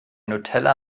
nutella